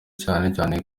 cyane